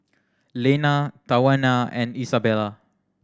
Lenna Tawana and Isabela